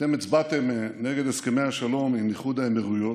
אתם הצבעתם נגד הסכמי השלום עם איחוד האמירויות,